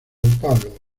paulo